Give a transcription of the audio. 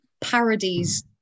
Parodies